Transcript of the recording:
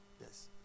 Yes